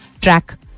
track